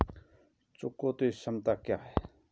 चुकौती क्षमता क्या है?